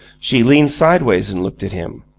she leaned sideways and looked at him.